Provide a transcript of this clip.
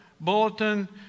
bulletin